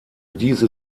diese